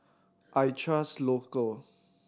I trust Local